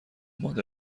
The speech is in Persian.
مانده